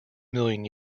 million